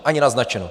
Ani naznačeno.